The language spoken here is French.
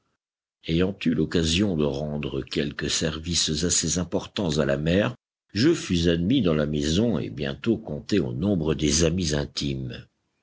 ayant eu l'occasion de rendre quelques services assez importants à la mère je fus admis dans la maison et bientôt compté au nombre des amis intimes